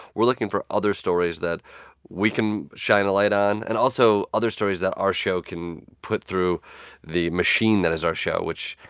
we're looking for other stories that we can shine a light on and also other stories that our show can put through the machine that is our show, which,